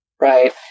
Right